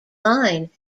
line